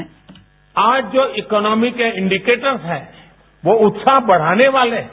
sound bite आज जो economy के इंडिकेटर्स हैं वो उत्साह बढ़ाने वाले हैं